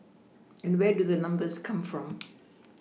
and where do the numbers come from